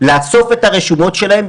לאסוף את הרשומות שלהם,